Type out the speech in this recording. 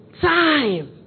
Time